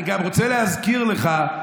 אני גם רוצה להזכיר לך,